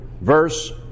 verse